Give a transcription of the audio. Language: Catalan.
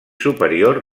superior